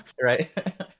Right